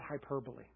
hyperbole